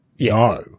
No